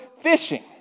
fishing